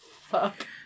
fuck